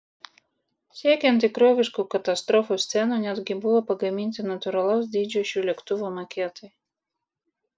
siekiant tikroviškų katastrofų scenų netgi buvo pagaminti natūralaus dydžio šių lėktuvų maketai